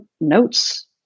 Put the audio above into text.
notes